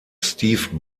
steve